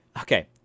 okay